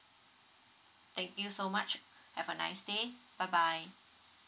thank you so much have a nice day bye bye